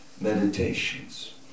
meditations